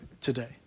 today